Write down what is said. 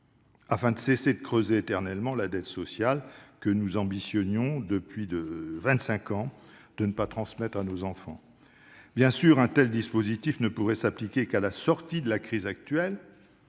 afin de cesser de creuser éternellement la dette sociale que nous ambitionnons, depuis vingt-cinq ans, de ne pas transmettre à nos enfants. Bien sûr, un tel dispositif ne pourrait s'appliquer qu'à la sortie de la crise actuelle.